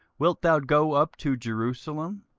wilt thou go up to jerusalem,